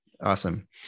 Awesome